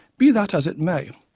be that as it may,